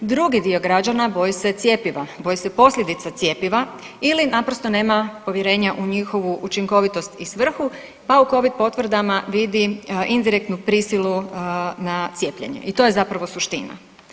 Drugi dio građana boji se cjepiva, boji se posljedica cjepiva ili naprosto nema povjerenja u njihovu učinkovitost i svrhu, pa u covid potvrdama vidi indirektnu prisilu na cijepljenje i to je zapravo suština.